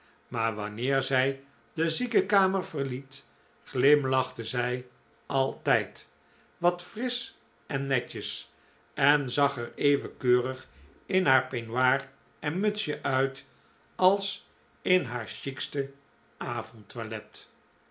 maar wanneer zij de ziekenkamer verliet glimlachte zij altijd was frisch en netjes en zag er even keurig in haar peignoir en mutsje uit als in haar chicste avondtoilet